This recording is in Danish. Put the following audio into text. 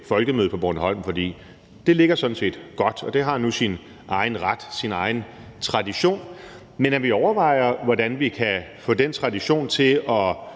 Folkemødet på Bornholm, for det ligger sådan set godt, og det har nu sin egen ret, sin egen tradition, men at vi overvejer, hvordan vi kan få den tradition til at